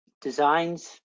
designs